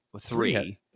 three